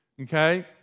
okay